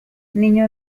niño